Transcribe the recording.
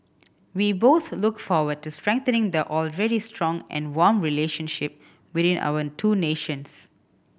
we both look forward to strengthening the already strong and warm relationship between our two nations